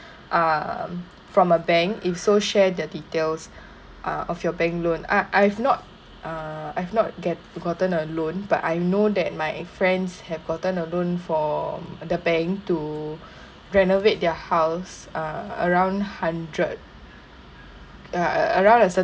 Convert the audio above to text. um from a bank if so share the details ah of your bank loan ah I've not uh I've not get gotten a loan but I know that my friends have gotten a loan from the bank to renovate their house uh around hundred uh around a